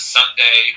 Sunday